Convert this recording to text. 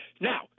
Now